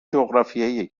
جغرافیایی